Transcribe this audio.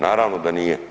Naravno da nije.